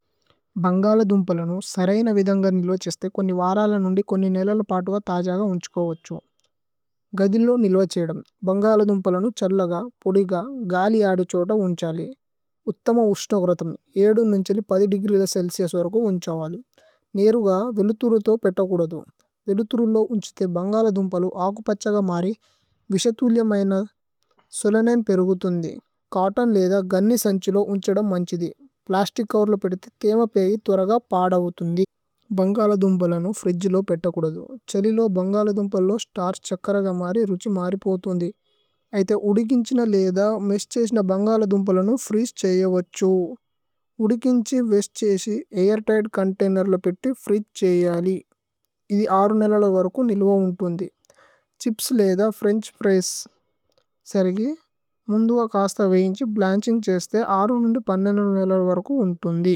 ഭന്ഗല ദുമ്പലനു സരയ്ന വിദമ്ഗ നിലോഛേസ്ഥു। കോന്നി വാരലനുന്ദി കോന്നി നേലല പതുഗ ഥജഗ। ഉന്ഛുകോവഛു ഗദില്ലോ നിലോഛേദമ് ഭന്ഗല ദുമ്പലനു। ഛല്ലഗ പോദിഗ ഗാലി ആദു ഛോത ഉന്ഛലി ഉഥമ। ഉശ്നഗുരഥു നുന്ഛലി ദേഗ്രീ ഛേല്സിഉസ് വരകു। ഉന്ഛവലി നേരുഗ വേലുതുരു തോ പേത്തകുദദു വേലുതുരു। ലോ ഉന്ഛിഥേ ബന്ഗല ദുമ്പലു ആകു പഛഗ മാരി। വിശതുല്യമയന സുലനേന് പേരുഗുഥുന്ദി ഛോത്തോന് ലേധ। ഗന്നി സന്ഛുലോ ഉന്ഛദമ് മന്ഛിധി പ്ലസ്തിച് ചോവേര്ല। പേത്തിഥി ഥീമ പേരി ഥുരഗ പാദവുഥുന്ദി ഭന്ഗല। ദുമ്പലനു ഫ്രിദ്ജി ലോ പേത്തകുദദു ഛലി ലോ ബന്ഗല। ദുമ്പല് ലോ സ്തര്ഛ് ഛകര ഗ മാരി രുഛി മാരിപോഥുന്ദി। ഐഥ ഉദികിന്ഛേന ലേധ മേശ് ഛേശ്ന ബന്ഗല। ദുമ്പലനു ഫ്രീജേ ഛൈയവഛു ഉദികിന്ഛി വേസ്ത് ഛേശി। ഐര് തിഘ്ത് ചോന്തൈനേര് ല പേത്തി ഫ്രീജേ। ഛൈയലി ഇഥി ആരു നേലല വരകു നിലുവ ഉന്ഥുന്ദി। ഛ്ഹിപ്സ് ലേധ ഫ്രേന്ഛ് ഫ്രിഏസ് സര്ഗി മുന്ദുവ കസുഥ। വീന്ഛി ബ്ലന്ഛിന്ഗ് ഛേസുതേ ആരു നിലുവ ഉന്ഥുന്ദി।